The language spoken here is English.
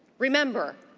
remember,